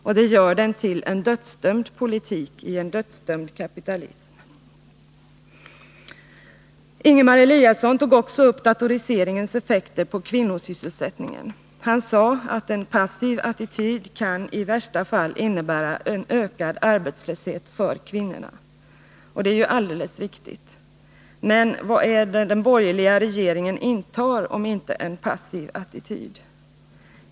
Därför blir det en dödsdömd politik i en dödsdömd kapitalism. Ingemar Eliasson tog också upp datoriseringens effekter på kvinnosysselsättningen. Han sade att en passiv attityd i värsta fall kan innebära en ökad arbetslöshet för kvinnorna. Och det är ju alldeles riktigt. Men vad är det den borgerliga regeringen intar om inte en passiv attityd?